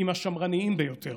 עם השמרניים ביותר.